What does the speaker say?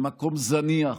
למקום זניח,